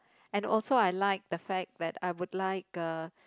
and also I like the fact that I would like uh